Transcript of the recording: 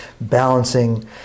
balancing